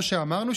כמו שאמרנו,